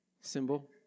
symbol